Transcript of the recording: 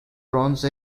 bronze